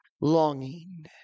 longing